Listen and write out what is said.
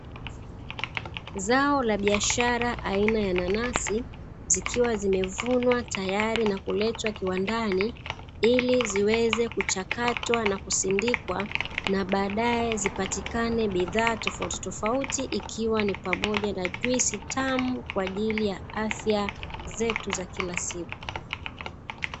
Zao la biashara aina ya nanasi, zikiwa zimevunwa tayari na kuletwa kiwandani, ili ziweze kuchakatwa na kusindikwa na baadaye zipatikane bidhaa tofautitofauti, ikiwa ni pamoja na juisi tamu kwa ajili ya afya zetu za kila siku.